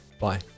Bye